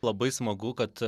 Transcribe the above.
labai smagu kad